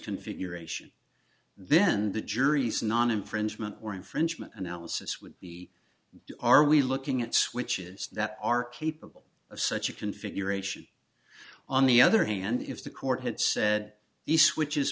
configuration then the jury's not infringement or infringement analysis would be are we looking at switches that are capable of such a configuration on the other hand if the court had said these switches